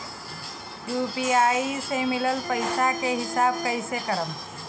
UPI से मिलल पईसा के हिसाब कइसे करब?